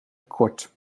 kort